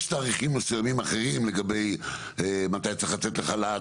יש תאריכים מסוימים אחרים לגבי מתי צריך לצאת לחל"ת,